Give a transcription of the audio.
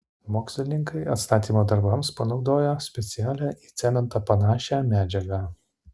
mokslininkai atstatymo darbams panaudojo specialią į cementą panašią medžiagą